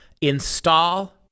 install